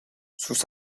sus